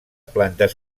plantes